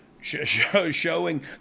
showing